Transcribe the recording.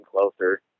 closer